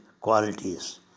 qualities